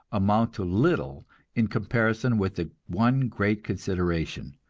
amount to little in comparison with the one great consideration,